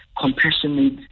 compassionate